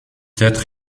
être